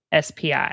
SPI